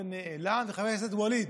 שנעלם, וחבר הכנסת ואליד,